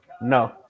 No